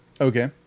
Okay